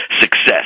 success